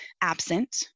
absent